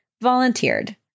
volunteered